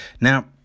now